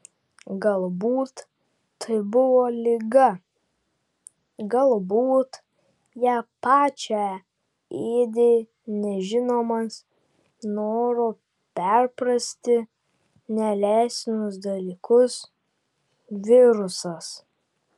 galbūt tai buvo liga galbūt ją pačią ėdė nežinomas noro perprasti neleistinus dalykus virusas